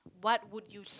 what would you save